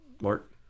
Mark